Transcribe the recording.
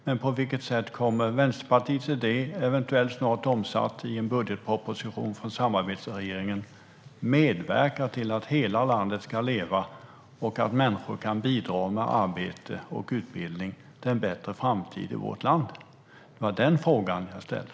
Men på vilket sätt kommer Vänsterpartiets idé, eventuellt snart omsatt i en budgetproposition från samarbetsregeringen, att medverka till att hela landet ska leva och att människor kan bidra med arbete och utbildning till en bättre framtid i vårt land? Det var den fråga jag ställde.